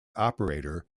operator